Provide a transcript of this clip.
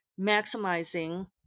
maximizing